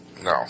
no